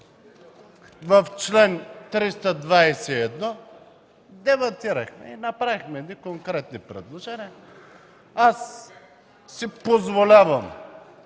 по чл. 321 дебатирахме и направихме конкретни предложения. Аз си позволявам